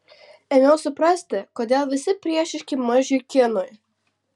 ėmiau suprasti kodėl visi priešiški mažiui kinui